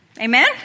Amen